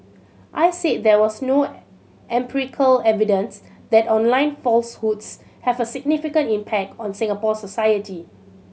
I said there was no empirical evidence that online falsehoods have a significant impact on Singapore society